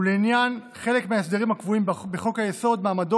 ולעניין חלק מההסדרים הקבועים בחוק-היסוד מעמדו